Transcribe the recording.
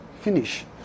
Finish